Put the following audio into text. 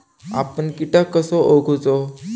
आपन कीटक कसो ओळखूचो?